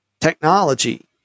technology